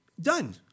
Done